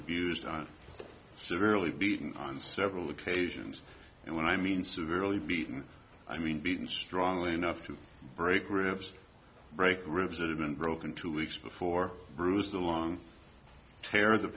abused severely beaten on several occasions and when i mean severely beaten i mean beaten strongly enough to break ribs break ribs that have been broken two weeks before bruises the long hair the